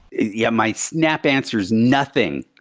yeah, my snap answer is nothing.